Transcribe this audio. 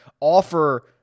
offer